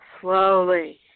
slowly